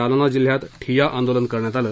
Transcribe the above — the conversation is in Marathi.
जालना जिल्ह्यात ठिय्या आंदोलन करण्यात आलं